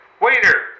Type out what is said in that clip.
Waiter